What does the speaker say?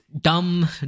dumb